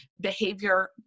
behavior